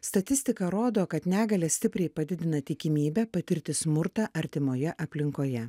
statistika rodo kad negalia stipriai padidina tikimybę patirti smurtą artimoje aplinkoje